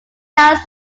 tiles